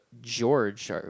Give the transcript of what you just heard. George